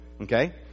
Okay